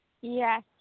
yes